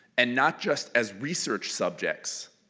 and not just as research subjects,